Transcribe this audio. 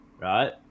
right